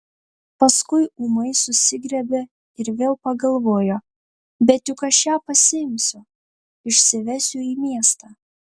paskui ūmai susigriebė ir vėl pagalvojo bet juk aš ją pasiimsiu išsivesiu į miestą